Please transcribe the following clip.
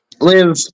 live